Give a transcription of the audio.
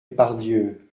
pardieu